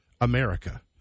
America